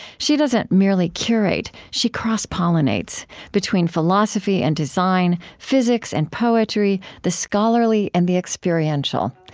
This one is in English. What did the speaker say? she doesn't merely curate she cross-pollinates between philosophy and design, physics and poetry, the scholarly and the experiential.